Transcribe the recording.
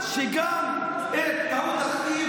שגם טעות הכתיב,